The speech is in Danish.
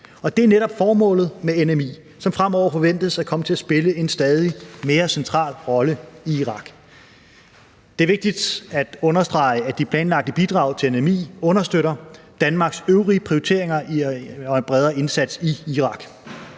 Det er netop formålet med NMI, som fremover forventes at komme til at spille en stadig mere central rolle i Irak. Det er vigtigt at understrege, at de planlagte bidrag til NMI understøtter Danmarks øvrige prioriteringer og en bredere indsats i Irak.